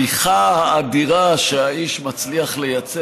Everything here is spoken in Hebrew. התמיכה האדירה שהאיש מצליח לייצר.